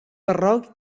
barroc